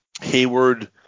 Hayward